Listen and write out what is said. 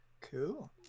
Cool